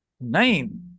Nine